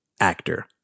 actor